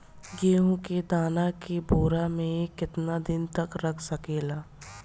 गेहूं के दाना के बोरा में केतना दिन तक रख सकिले?